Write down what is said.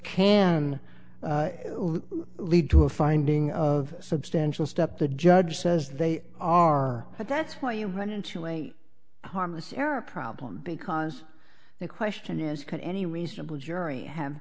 can lead to a finding of substantial step the judge says they are but that's why you've run into a harmless error problem because the question is could any reasonable jury have